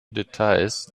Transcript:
details